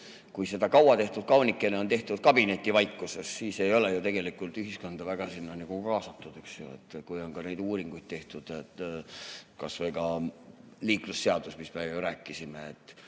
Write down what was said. Kui see kaua tehtud kaunikene on tehtud kabinetivaikuses, siis ei ole ju tegelikult ühiskonda sinna väga nagu kaasatud, kui on ka neid uuringuid tehtud. Kas või liiklusseadus, millest me rääkisime,